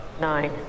nine